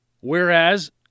Whereas